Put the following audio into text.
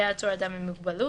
היה העצור אדם עם מוגבלות,